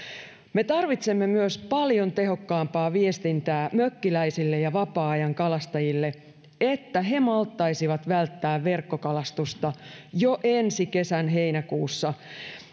me tarvitsemme myös paljon tehokkaampaa viestintää mökkiläisille ja vapaa ajankalastajille että he malttaisivat välttää verkkokalastusta jo ensi kesän heinäkuussa